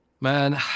Man